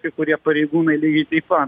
kai kurie pareigūnai lygiai taip pat